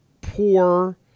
poor